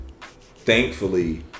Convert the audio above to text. thankfully